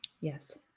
Yes